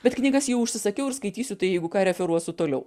bet knygas jau užsisakiau ir skaitysiu tai jeigu ką referuosiu toliau